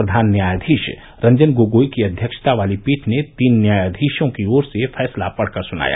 प्रधान न्यायाधीश रंजन गोगोई की अध्यक्षता वाली पीठ ने तीन न्यायाधीशों की ओर से फैसला पढ़कर सुनाया